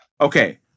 Okay